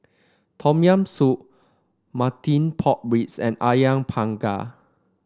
Tom Yam Soup Marmite Pork Ribs and ayam panggang